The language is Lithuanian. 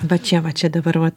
va čia va čia dabar vat